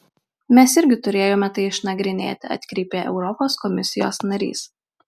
mes irgi turėjome tai išnagrinėti atkreipė europos komisijos narys